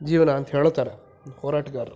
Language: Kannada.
ಜೀವನ ಅಂತ ಹೇಳುತ್ತಾರೆ ಹೋರಾಟಗಾರ್ರು